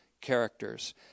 characters